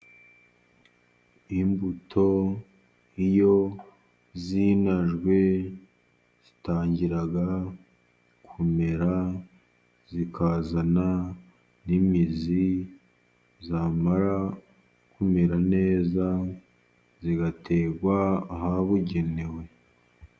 Imbuto iyo zinajwe zitangira kumera zikazana n'imizi, zamara kumera neza, zigaterwa ahabugenewe.